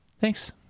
thanks